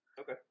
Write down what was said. Okay